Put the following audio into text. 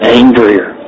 angrier